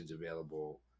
available